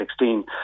2016